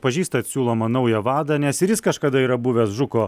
pažįstat siūlomą naują vadą nes ir jis kažkada yra buvęs žuko